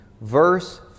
Verse